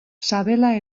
sabela